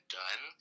done